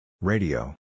Radio